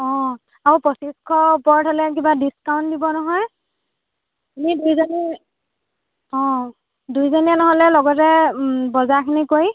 অ' আৰু পঁচিছশ ওপৰত হ'লে কিবা ডিস্কাউণ্ট দিব নহয় আমি দুইজনী অ' দুইজনীয়ে নহ'লে লগতে বজাৰখিনি কৰি